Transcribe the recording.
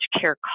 care